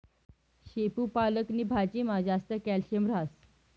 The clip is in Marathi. शेपू पालक नी भाजीमा जास्त कॅल्शियम हास